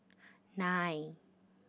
nine